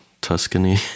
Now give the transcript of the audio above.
Tuscany